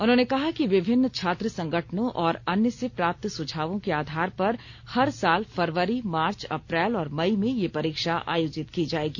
उन्होंने कहा कि विभिन्न छात्र संगठनों और अन्य से प्राप्त सुझावों के आधार पर हर साल फरवरी मार्च अप्रैल और मई में ये परीक्षा आयोजित की जाएगी